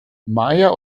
maja